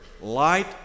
light